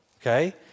okay